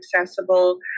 accessible